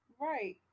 Right